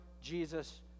Jesus